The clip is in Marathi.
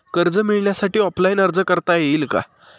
कर्ज मिळण्यासाठी ऑफलाईन अर्ज करता येईल का?